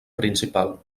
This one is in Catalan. principal